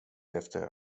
efter